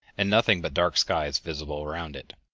and nothing but dark sky is visible around it.